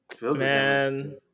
Man